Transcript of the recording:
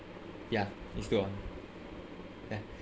ya just go on